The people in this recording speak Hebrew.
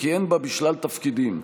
וכיהן בה בשלל תפקידים.